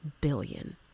billion